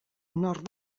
nord